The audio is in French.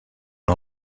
une